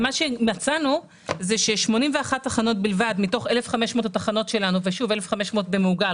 מצאנו ש-81 תחנות בלבד מתוך 1,500 התחנות שלנו 1,500 במעוגל,